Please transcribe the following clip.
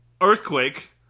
earthquake